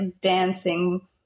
dancing